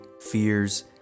fears